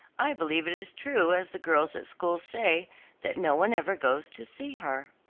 i believe it is true as the girls at school say that no one ever goes to see her.